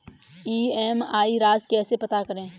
EMI राशि कैसे पता करें?